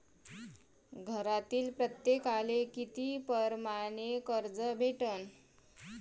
घरातील प्रत्येकाले किती परमाने कर्ज भेटन?